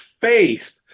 faith